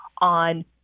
on